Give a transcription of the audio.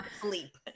sleep